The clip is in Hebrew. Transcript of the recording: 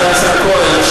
סגן השר כהן,